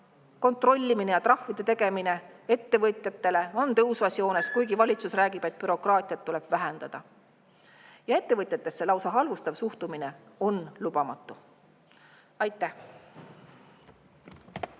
kontrollimine ja trahvide tegemine ettevõtjatele liigub tõusvas joones, kuigi valitsus räägib, et bürokraatiat tuleb vähendada. Ja ettevõtetesse lausa halvustav suhtumine on lubamatu. Aitäh!